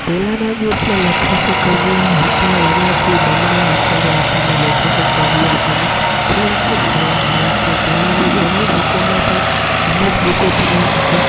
પહેલાંના જે એટલે લેખકો કવિઓ હતા એનાથી બમણા અત્યારે આપણને લેખકો કવિઓ આપણને ઠેર ઠેર જોવા મળે છે તેમાંની એમની બુકોમાં પણ અમુક બુકો તમે